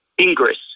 Ingress